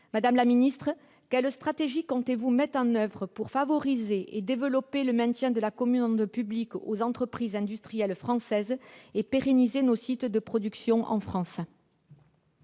Madame la secrétaire d'État, quelle stratégie comptez-vous mettre en oeuvre pour favoriser et développer le maintien de la commande publique aux entreprises industrielles françaises et pérenniser nos sites de production en France ?